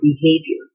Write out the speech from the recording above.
behavior